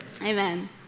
Amen